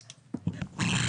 בבקשה.